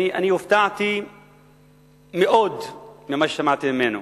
אני הופתעתי מאוד ממה ששמעתי ממנו.